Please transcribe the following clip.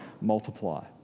multiply